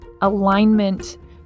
alignment